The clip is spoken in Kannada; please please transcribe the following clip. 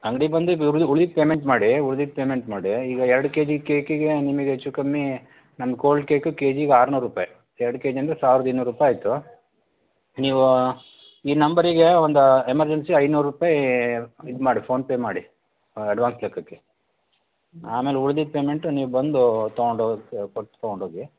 ಅಂಗ್ಡಿಗೆ ಬಂದು ಉಳಿದ ಪೇಮೆಂಟ್ ಮಾಡಿ ಉಳ್ದಿದ ಪೇಮೆಂಟ್ ಮಾಡಿ ಈಗ ಎರ್ಡು ಕೆ ಜಿ ಕೇಕಿಗೆ ನಿಮಗೆ ಹೆಚ್ಚು ಕಮ್ಮಿ ನಮ್ಮ ಕೋಲ್ಡ್ ಕೇಕ್ ಕೆಜಿಗೆ ಆರುನೂರ್ರುಪಾಯಿ ಎರ್ಡು ಕೆ ಜಿ ಅಂದರೆ ಸಾವಿರ್ದ ಇನ್ನೂರ್ರುಪಾಯಿ ಆಯ್ತು ನೀವು ಈ ನಂಬರಿಗೆ ಒಂದು ಎಮರ್ಜೆನ್ಸಿ ಐನೂರ್ರುಪಾಯೀ ಇದು ಮಾಡಿ ಫೋನ್ ಪೇ ಮಾಡಿ ಅಡ್ವಾನ್ಸ್ ಲೆಕ್ಕಕ್ಕೆ ಆಮೇಲೆ ಉಳ್ದಿದ್ದ ಪೇಮೆಂಟು ನೀವು ಬಂದು ತೊಗೊಂಡೋಗೊಕ್ಕೆ ಕೊಟ್ಟು ತೊಗೊಂಡೋಗಿ